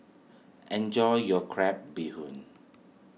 enjoy your Crab Bee Hoon